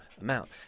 Amount